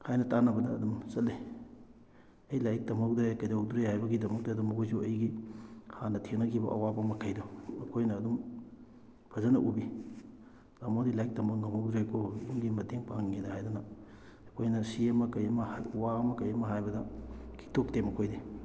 ꯍꯥꯏꯅ ꯇꯥꯅꯕꯗ ꯑꯗꯨꯝ ꯆꯠꯂꯤ ꯑꯩ ꯂꯥꯏꯔꯤꯛ ꯇꯝꯍꯧꯗ꯭ꯔꯦ ꯀꯩꯗꯧꯗ꯭ꯔꯦ ꯍꯥꯏꯕꯒꯤꯗꯃꯛꯇꯗ ꯃꯈꯣꯏꯁꯨ ꯑꯩꯒꯤ ꯍꯥꯟꯅ ꯊꯦꯡꯅꯈꯤꯕ ꯑꯋꯥꯕ ꯃꯈꯩꯗꯣ ꯃꯈꯣꯏꯅ ꯑꯗꯨꯝ ꯐꯖꯅ ꯎꯕꯤ ꯇꯥꯃꯣꯗꯤ ꯂꯥꯏꯔꯤꯛ ꯇꯝꯕ ꯉꯝꯍꯧꯗ꯭ꯔꯦꯀꯣ ꯌꯨꯝꯒꯤ ꯃꯇꯦꯡ ꯄꯥꯡꯉꯤꯉꯩꯗ ꯍꯥꯏꯗꯅ ꯑꯩꯈꯣꯏꯅ ꯁꯤ ꯑꯃ ꯀꯩ ꯑꯃ ꯋꯥ ꯑꯃ ꯀꯩ ꯑꯃ ꯍꯥꯏꯕꯗ ꯍꯤꯛꯇꯣꯛꯇꯦ ꯃꯈꯣꯏꯗꯤ